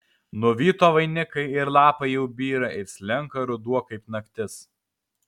nuvyto vainikai ir lapai jau byra ir slenka ruduo kaip naktis